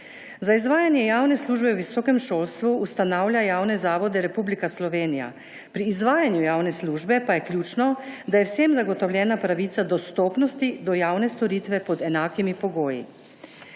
Za izvajanje javne službe v visokem šolstvu ustanavlja javne zavode Republika Slovenija. Pri izvajanju javne službe pa je ključno, da je vsem zagotovljena pravica dostopnosti do javne storitve pod enakimi pogoji.